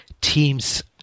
teams